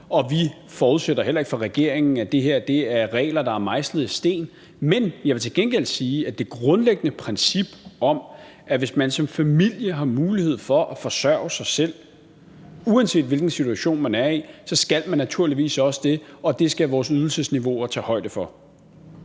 og vi forudsætter heller ikke fra regeringens side, at det her er regler, der er mejslet i sten. Men jeg vil til gengæld sige, at der er det grundlæggende princip om, at hvis man som familie har mulighed for at forsørge sig selv, uanset hvilken situation man er i, så skal man naturligvis også det, og det skal vores ydelsesniveauer tage højde for.